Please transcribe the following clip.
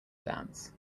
dance